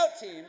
team